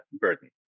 burden